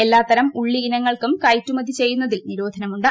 എല്ലാത്തരം ഉള്ളി ഇനങ്ങൾക്കും കയറ്റുമതി ചെയ്യുന്നതിൽ നിരോധനമുണ്ട്